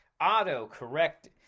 auto-correct